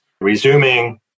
resuming